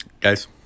Guys